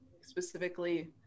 specifically